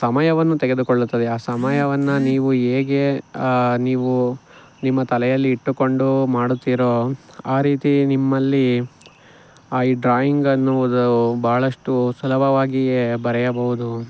ಸಮಯವನ್ನು ತೆಗೆದುಕೊಳ್ಳುತ್ತದೆ ಆ ಸಮಯವನ್ನು ನೀವು ಹೇಗೆ ನೀವು ನಿಮ್ಮ ತಲೆಯಲ್ಲಿ ಇಟ್ಟುಕೊಂಡು ಮಾಡುತ್ತೀರೋ ಆ ರೀತಿ ನಿಮ್ಮಲ್ಲಿ ಈ ಡ್ರಾಯಿಂಗ್ ಅನ್ನುವುದು ಬಹಳಷ್ಟು ಸುಲಭವಾಗಿಯೇ ಬರೆಯಬಹುದು